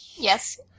Yes